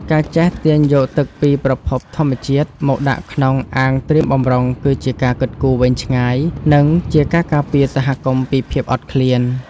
ការចេះទាញយកទឹកពីប្រភពធម្មជាតិមកដាក់ក្នុងអាងត្រៀមបម្រុងគឺជាការគិតគូរវែងឆ្ងាយ និងជាការការពារសហគមន៍ពីភាពអត់ឃ្លាន។